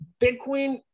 Bitcoin